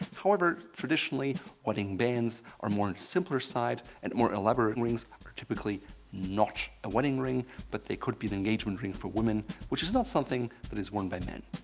however, traditionally, wedding bands are more in the simpler side and more elaborate rings are typically not a wedding ring but they could be the engagement ring for women which is not something that is worn by men.